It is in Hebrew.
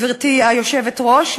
גברתי היושבת-ראש,